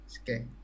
Okay